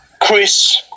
Chris